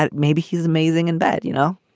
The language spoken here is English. ah maybe he's amazing in bed, you know?